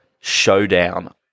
showdown